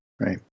Right